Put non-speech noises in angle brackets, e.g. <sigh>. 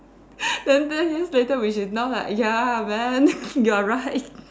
<laughs> then ten years later which is now like ya man you are right